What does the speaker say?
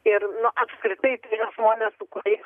ir apskritai tie žmonės su kuriais